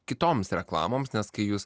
kitoms reklamoms nes kai jūs